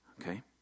Okay